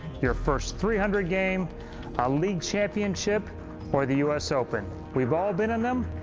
your first three hundred game, a league championship or the us open. we've all been in them,